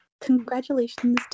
Congratulations